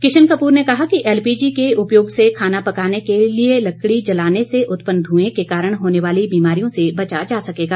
किशन कपूर ने कहा कि एलपीजी के उपयोग से खाना पकाने के लिए लकड़ी जलाने से उत्पन्न धूंए के कारण होने वाली बीमारियों से बचा जा सकेगा